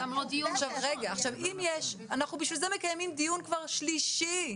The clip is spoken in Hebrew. בשביל זה אנחנו מקיימים דיון שלישי.